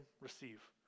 receive